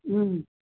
हम्म